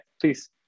please